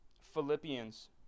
Philippians